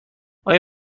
آیا